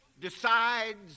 decides